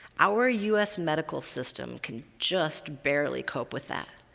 our us medical system can just barely cope with that.